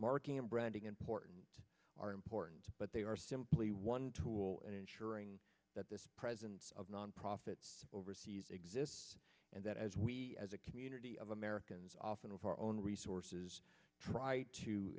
marking a branding important are important but they are simply one tool in ensuring that this presence of non profits overseas exists and that as we as a community of americans often of our own resources try to